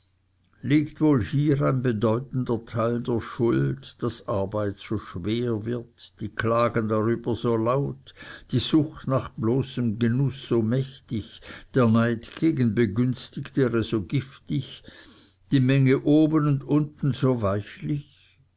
liegt wohl hier ein bedeutender teil der schuld daß arbeit so schwer wird die klagen darüber so laut die sucht nach bloßem genuß so mächtig der neid gegen begünstigtere so giftig die menge oben und unten so weichlich